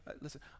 listen